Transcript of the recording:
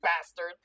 bastard